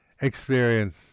experience